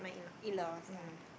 in law's ah